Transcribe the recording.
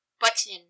button